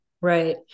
Right